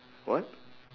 what